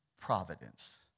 providence